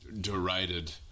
derided